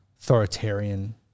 authoritarian